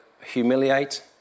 humiliate